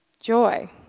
joy